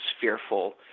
fearful